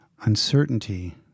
Uncertainty